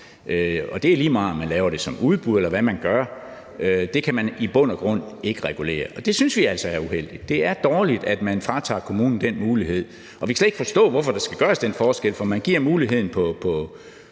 og det er lige meget om man laver det som udbud, eller hvad man gør – det kan man i bund og grund ikke regulere. Og det synes vi altså er uheldigt. Det er dårligt, at man fratager kommunen den mulighed, og vi kan slet ikke forstå, hvorfor der skal gøres den forskel. For man giver muligheden i